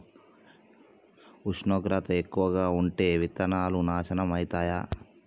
ఉష్ణోగ్రత ఎక్కువగా ఉంటే విత్తనాలు నాశనం ఐతయా?